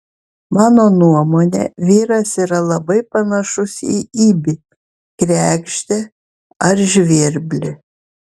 mano nuomone vyras yra labai panašus į ibį kregždę ar žvirblį